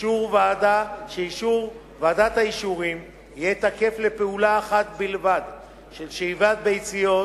שאישור ועדת האישורים יהיה תקף לפעולה אחת בלבד של שאיבת ביציות.